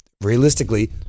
realistically